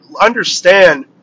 understand